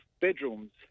bedrooms